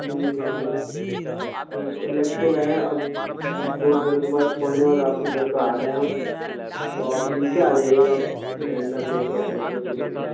ٹھیک ہے بھائی تو اب تو لگ تو گئے ہیں اب ایک دو گھر کے بعد چھوڑنے کے بعد آپ کے گھر پہ آ رہے ہیں ہم تو آپ نیچے آ جائیے گا سلینڈر لے کے اور پیسے ویسے لے کے